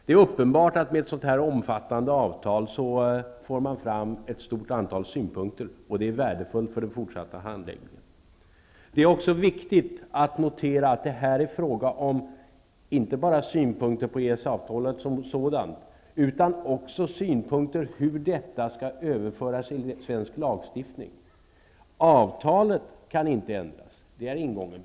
Det är uppenbart att man med ett sådant omfattande avtal får ett stort antal synpunkter, och det är värdefullt för den fortsatta handläggningen. Det är också viktigt att notera att det här inte endast är fråga om synpunkter på EES-avtalet som sådant, utan också synpunkter på hur detta skall överföras till svensk lagstiftning. Avtalet kan inte ändras, det är ingånget.